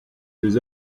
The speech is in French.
les